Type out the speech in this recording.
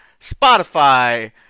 Spotify